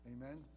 Amen